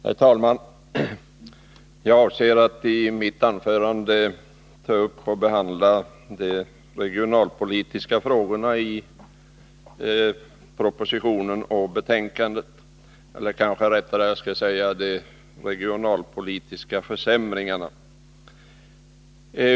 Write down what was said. Herr talman! Jag avser att i mitt anförande behandla de regionalpolitiska frågorna i propositionen och arbetsmarknadsutskottets betänkande eller — rättare sagt — de regionalpolitiska försämringarna.